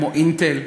כמו "אינטל",